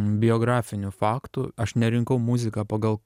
biografiniu faktu aš nerinkau muziką pagal